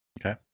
Okay